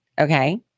okay